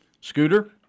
Scooter